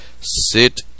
Sit